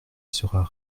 sera